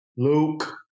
Luke